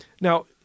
now